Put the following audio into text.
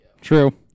True